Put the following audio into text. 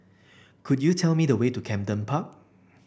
could you tell me the way to Camden Park